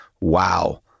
Wow